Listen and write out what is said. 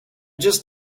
just